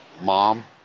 mom